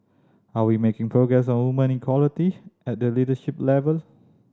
are we making progress on women equality at the leadership level